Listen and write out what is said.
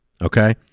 okay